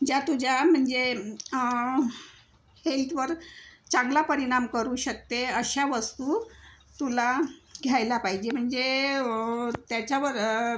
ज्या तुझ्या म्हणजे हेल्थवर चांगला परिणाम करू शकते अशा वस्तू तुला घ्यायला पाहिजे म्हणजे त्याच्यावर